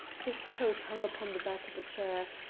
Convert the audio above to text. his coat hung upon the back of a chair,